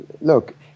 Look